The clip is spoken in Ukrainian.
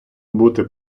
бути